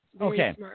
Okay